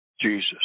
Jesus